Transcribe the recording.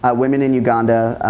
ah women in uganda,